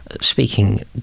speaking